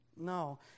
No